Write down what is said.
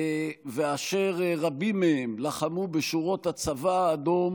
אשר רבים מהם לחמו בשורות הצבא האדום